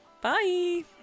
Bye